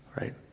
Right